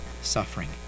suffering